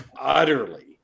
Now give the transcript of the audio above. utterly